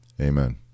Amen